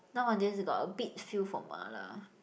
nowadays got a bit feel for Ma-la